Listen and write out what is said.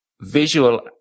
visual